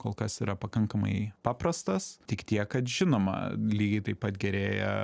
kol kas yra pakankamai paprastas tik tiek kad žinoma lygiai taip pat gerėja